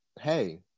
hey